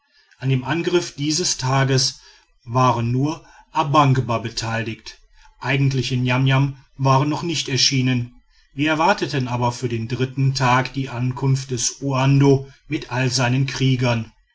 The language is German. an dem angriff dieses tages waren nur a bangba beteiligt eigentliche niamniam waren noch nicht erschienen wir erwarteten aber für den dritten tag die ankunft des uando mit allen seinen kriegern